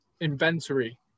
inventory